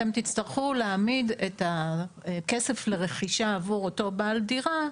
אתם תצטרכו להעמיד את הכסף לרכישה עבור אותו בעל דירה,